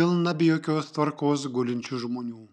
pilną be jokios tvarkos gulinčių žmonių